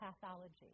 pathology